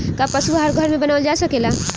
का पशु आहार घर में बनावल जा सकेला?